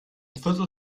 viertel